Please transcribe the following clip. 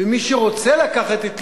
ומי שרוצה לקחת את לבי,